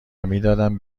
میدادم